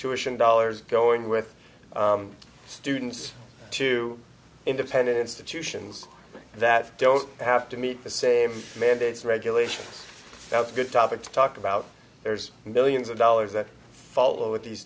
to ition dollars going with students to independent institutions that don't have to meet the same mandates regulation that's a good topic to talk about there's millions of dollars that follow with these